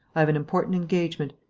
i have an important engagement.